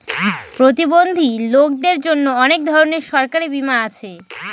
প্রতিবন্ধী লোকদের জন্য অনেক ধরনের সরকারি বীমা আছে